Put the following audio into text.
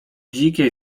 dzikie